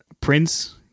Prince